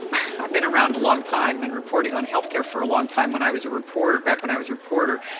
i've been around a long time and reporting on healthcare for a long time when i was a reporter, back when i was a reporter.